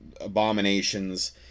abominations